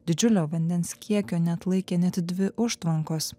didžiulio vandens kiekio neatlaikė net dvi užtvankos